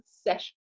session